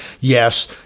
yes